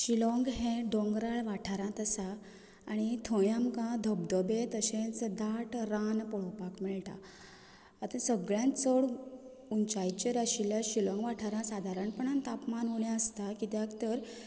शिलाँग हें दोंगराळ वाठारांत आसा आनी थंय आमकां धबधबें तशेंच दाट रान पळोवपाक मेळटा आतां सगळ्यांत चड उंचायेचेर आशिल्ल्या शिलाँग वाठारांत सादारणपणान तापमान उणें आसतां कित्याक तर